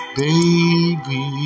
baby